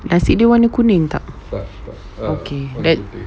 nasi dia warna kuning tak okay that